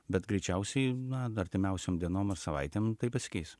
bet greičiausiai na artimiausiom dienom ar savaitėm tai pasikeis